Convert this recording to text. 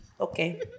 Okay